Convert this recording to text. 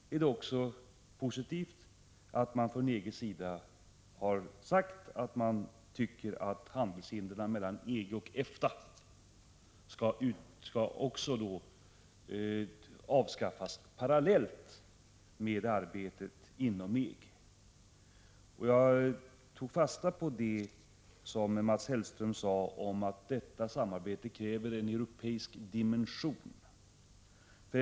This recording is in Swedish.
Därför är det positivt att man från EG:s sida sagt, att handelshindren mellan EG och EFTA skall avskaffas parallellt med arbetet inom EG. Jag tog fasta på det som Mats Hellström sade om att arbetet i Sverige med dessa frågor kräver en europeisk dimension.